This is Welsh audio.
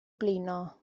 blino